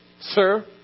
Sir